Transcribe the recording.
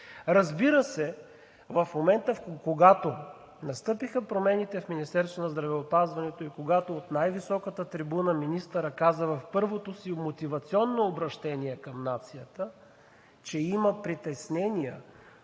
Разбира се, в момента, когато настъпиха промените в Министерството на здравеопазването и когато от най-високата трибуна министърът каза в първото си мотивационно обръщение към нацията, че има притеснения